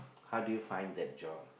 how did you find that job